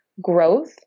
growth